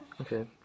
Okay